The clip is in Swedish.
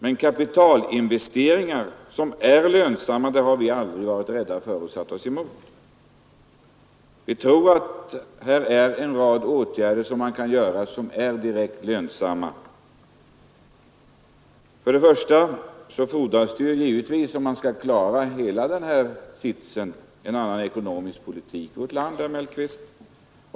Men kapitalinvesteringar som är lönsamma har vi aldrig varit rädda för. Vi tror att man här kan vidta en rad åtgärder, som är direkt lönsamma. För det första fordras det givetvis — om man skall klara hela den här sitsen — en annan ekonomisk politik i vårt land, herr Mellqvist.